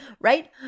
right